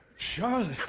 charlotte!